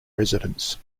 residents